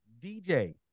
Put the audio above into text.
DJ